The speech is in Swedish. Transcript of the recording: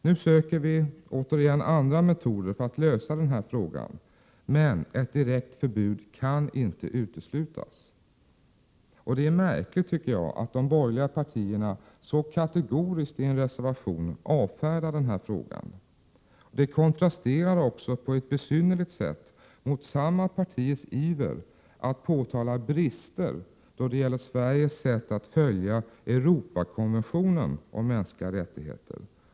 Nu söker vi andra metoder för att lösa den här frågan, men ett direkt förbud kan inte uteslutas. Det är märkligt att de borgerliga partierna så kategoriskt i en reservation avfärdar den här frågan. Det kontrasterar också på ett besynnerligt sätt mot samma partiers iver att påtala brister då det gäller Sveriges sätt att följa Europakonventionen om mänskliga rättigheter.